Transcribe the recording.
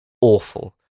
Awful